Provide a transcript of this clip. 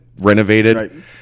renovated